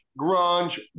grunge